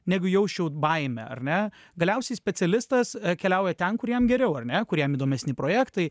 negu jausčiau baimę ar ne galiausiai specialistas keliauja ten kur jam geriau ar ne kar jam įdomesni projektai